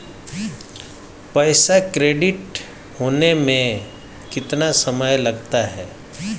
पैसा क्रेडिट होने में कितना समय लगता है?